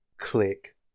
click